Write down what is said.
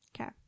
okay